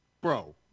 bro